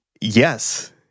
Yes